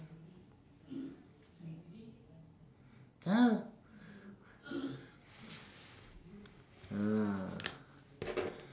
ya uh